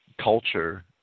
Culture